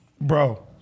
Bro